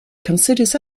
considers